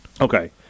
Okay